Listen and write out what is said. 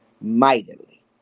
mightily